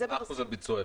מה אחוז הביצוע?